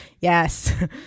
yes